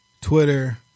Twitter